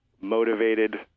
motivated